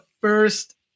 first